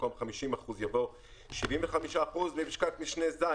במקום "50%״ יבוא "75%" ; בפסקת משנה (ו),